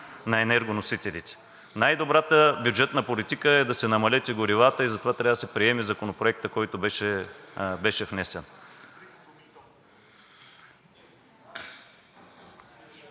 на енергоносителите. Най-добрата бюджетна политика е да се намалят и горивата – затова трябва да се приеме Законопроектът, който беше внесен.